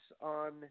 on